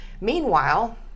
Meanwhile